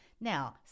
Now